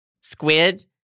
squid